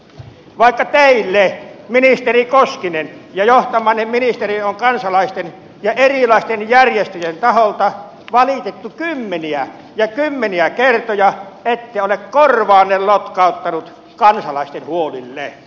vaikka teille ministeri koskinen ja johtamallenne ministeriölle on kansalaisten ja erilaisten järjestöjen taholta valitettu kymmeniä ja kymmeniä kertoja ette ole korvaanne lotkauttanut kansalaisten huolille